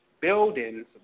buildings